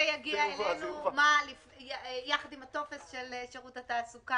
זה יגיע אלינו יחד עם הטופס של שירות התעסוקה?